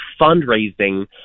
fundraising